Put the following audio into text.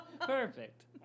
Perfect